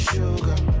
sugar